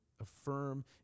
affirm